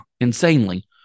Insanely